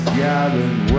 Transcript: gathered